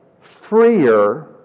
freer